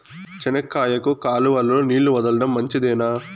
చెనక్కాయకు కాలువలో నీళ్లు వదలడం మంచిదేనా?